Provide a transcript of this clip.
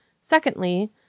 Secondly